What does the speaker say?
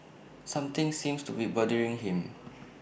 something seems to be bothering him